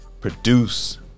Produce